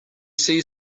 see